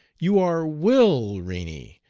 you are will reni,